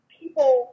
people